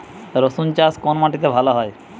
রুসুন চাষ কোন মাটিতে ভালো হয়?